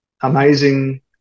amazing